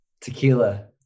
Tequila